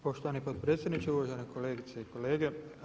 Poštovani potpredsjedniče, uvažene kolegice i kolege.